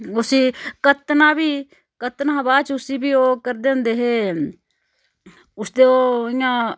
उसी कत्तना फ्ही कत्तना हा बाद च उसी फ्ही ओह् करदे होंदे हे उसदे ओह् इयां